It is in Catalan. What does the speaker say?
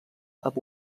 amb